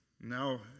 Now